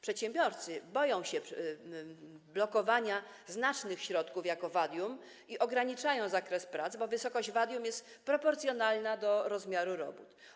Przedsiębiorcy boją się blokowania znacznych środków jako wadium i ograniczają zakres prac, bo wysokość wadium jest proporcjonalna do rozmiaru robót.